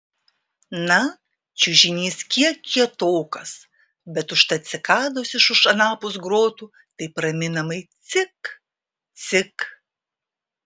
na čiužinys kiek kietokas bet užtat cikados iš už anapus grotų taip raminamai cik cik